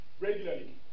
regularly